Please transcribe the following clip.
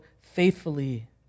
faithfully